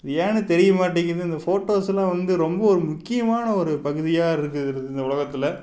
ஏன்னு தெரிய மாட்டேங்கிது இந்த ஃபோட்டோஸெலாம் வந்து ரொம்ப ஒரு முக்கியமான ஒரு பகுதியாக இருக்குது இந்த உலகத்தில்